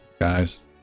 guys